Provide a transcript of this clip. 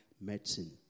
medicine